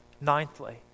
ninthly